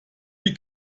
die